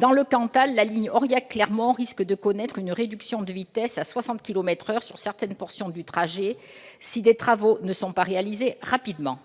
C'est vrai ! La ligne Aurillac-Clermont risque de connaître une réduction de vitesse à 60 kilomètres par heure sur certaines portions du trajet si des travaux ne sont pas réalisés rapidement.